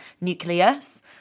nucleus